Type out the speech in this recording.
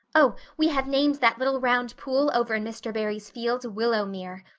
oh, we have named that little round pool over in mr. barry's field willowmere.